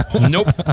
Nope